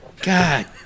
God